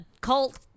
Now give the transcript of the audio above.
cult